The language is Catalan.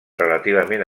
relativament